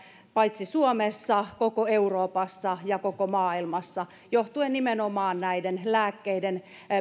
paitsi suomessa myös koko euroopassa ja koko maailmassa johtuen nimenomaan näiden lääkkeiden